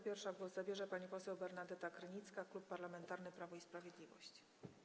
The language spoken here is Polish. Pierwsza głos zabierze pani poseł Bernadeta Krynicka, Klub Parlamentarny Prawo i Sprawiedliwość.